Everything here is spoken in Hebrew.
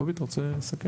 קובי, אתה רוצה לסכם?